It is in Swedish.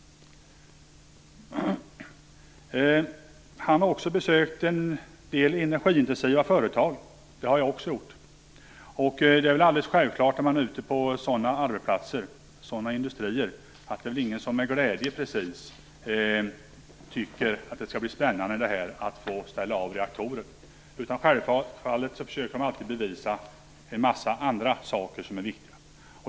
Mikael Odenberg har besökt en del energiintensiva företag. Det har jag också gjort. Det är väl alldeles självklart att ute på sådana arbetsplatser och sådana industrier är det väl ingen som med glädje tycker att det skall bli spännande att få ställa av reaktorer precis. Självfallet försöker man alltid bevisa en massa andra saker som är viktiga.